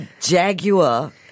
Jaguar